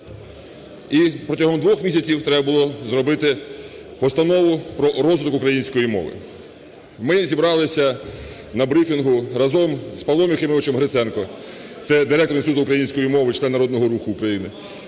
і протягом двох місяців треба було зробити постанову про розвиток української мови. Ми зібралися на брифінгу разом з Павлом Юхимовичем Гриценко, це директор Інституту української мови, член Народного Руху України,